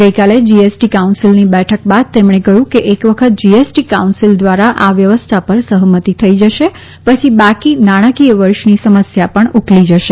ગઈકાલે જીએસટી કાઉન્સિલની બેઠક બાદ તેમણે કહ્યું કે એક વખત જીએસટી કાઉન્સિલ દ્વારા આ વ્યવસ્થા પર સહમતી થઈ જશે પછી બાકી નાણાંકીય વર્ષની સમસ્યા પણ ઊકલી જશે